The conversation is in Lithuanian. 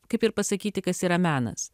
kaip ir pasakyti kas yra menas